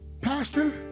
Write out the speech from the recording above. Pastor